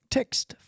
Text